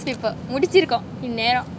முடிஞ்சிருக்கும் இந்நேறோம்:mudinjirukum inneroam